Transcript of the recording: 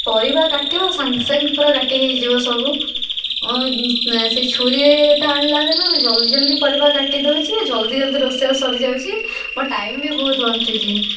ପରିବା କାଟିବ ସାଙ୍ଗେ ସାଙ୍ଗେ ପୁରା କାଟି ହୋଇଯିବ ସବୁ ଓ ସେ ଛୁରୀଟା ଆଣିଲା ଦିନରୁ ଜଲ୍ଦି ଜଲ୍ଦି ପରିବା କାଟି ଦେଉଛି ଜଲ୍ଦି ଜଲ୍ଦି ରୋଷେଇ ବାସ ସରି ଯାଉଛି ମୋ ଟାଇମ୍ ବି ବହୁତ ବଞ୍ଚୁଛି